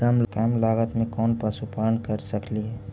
कम लागत में कौन पशुपालन कर सकली हे?